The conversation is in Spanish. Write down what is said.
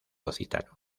occitano